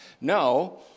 no